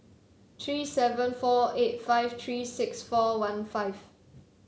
three seven four eight five three six four one five